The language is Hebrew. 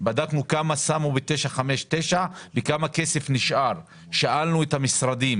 בדקנו כמה שמו ב-959 וכמה כסף נשאר שאלנו את המשרדים